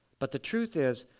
but the truth is,